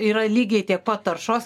yra lygiai tiek pat taršos